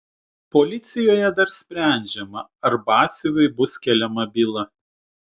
policijoje dar sprendžiama ar batsiuviui bus keliama byla